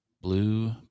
Blue